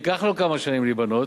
וייקח לו כמה שנים להיבנות,